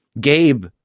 Gabe